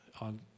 On